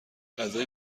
غذای